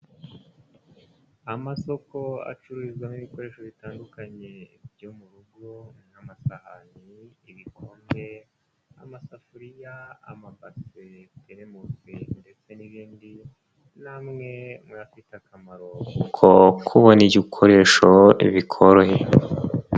Amasoko acururizwamo ibikoresho bitandukanye byo mu rugo nk'amasahani, ibikombe, amasafuriya, amabase, teremusi ndetse n'ibindi ni amwe muyafite akamaro kuko kubona igikoresho bikoroheye.